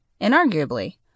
Inarguably